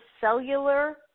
cellular